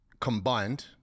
combined